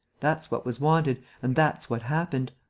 that's what was wanted and that's what happened.